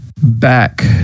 back